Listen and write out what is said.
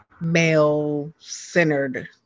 male-centered